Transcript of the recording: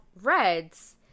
reds